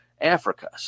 Africa